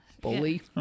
Bully